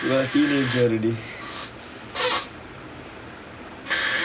you were a teenager already